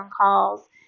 calls